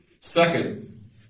Second